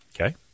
Okay